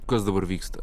kas dabar vyksta